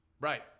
Right